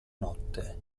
notte